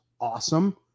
awesome